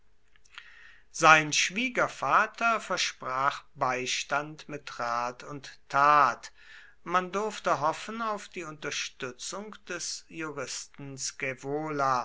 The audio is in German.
sein schwiegervater versprach beistand mit rat und tat man durfte hoffen auf die unterstützung des juristen